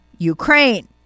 ukraine